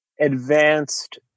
advanced